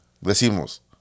decimos